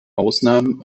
ausnahmen